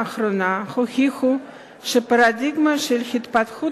ההצעה להסיר מסדר-היום את הצעת חוק לתיקון פקודת התעבורה (פטור